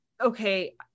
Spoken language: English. okay